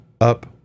up